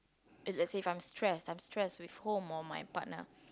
if let's say if I'm stress I'm stress with home or my partner